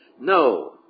No